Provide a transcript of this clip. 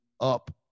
up